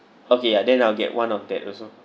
okay ya then I'll get one of that also